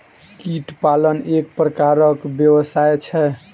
कीट पालन एक प्रकारक व्यवसाय छै